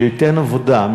שייתן עבודה,